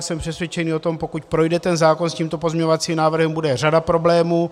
Jsem přesvědčený o tom, pokud projde zákon s tímto pozměňovacím návrhem, bude řada problémů.